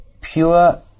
pure